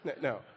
No